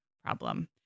problem